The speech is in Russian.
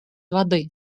воды